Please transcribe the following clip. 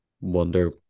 wonder